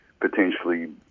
potentially